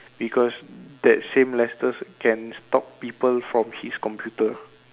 because that same Lester can stalk people from his computer